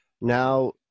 Now